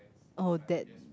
oh that